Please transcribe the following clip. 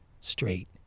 straight